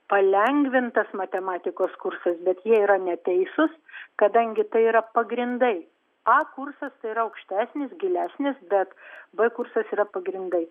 palengvintas matematikos kursas bet jie yra neteisūs kadangi tai yra pagrindai a kursas tai yra aukštesnis gilesnis bet b kursas yra pagrindai